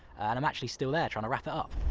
and i'm actually still there, trying to wrap it up.